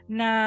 na